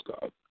God